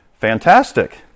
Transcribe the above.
Fantastic